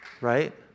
right